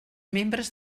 membres